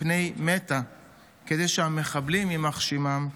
פני מתה כדי שהמחבלים, יימח שמם,